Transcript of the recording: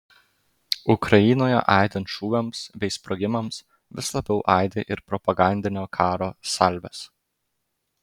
ukrainoje aidint šūviams bei sprogimams vis labiau aidi ir propagandinio karo salvės